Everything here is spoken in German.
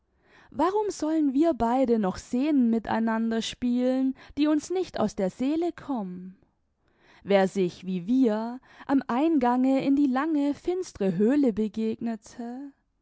warum sollen wir beide noch scenen mit einander spielen die uns nicht aus der seele kommen wer sich wie wir am eingange in die lange finstre höhle begegnete